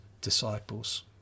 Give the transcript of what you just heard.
disciples